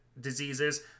diseases